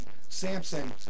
Samson